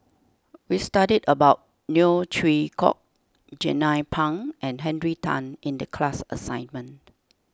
we studied about Neo Chwee Kok Jernnine Pang and Henry Tan in the class assignment